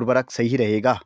उर्वरक सही रहेगा?